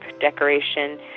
decoration